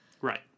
Right